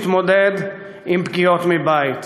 להתמודד עם פגיעות מבית.